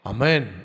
Amen